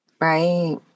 Right